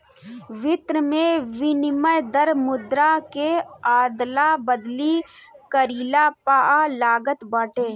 वित्त में विनिमय दर मुद्रा के अदला बदली कईला पअ लागत बाटे